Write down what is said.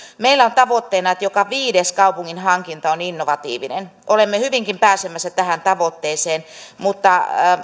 meillä on tavoitteena että joka viides kaupungin hankinta on innovatiivinen olemme hyvinkin pääsemässä tähän tavoitteeseen mutta